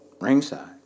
Ringside